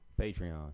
Patreon